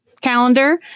calendar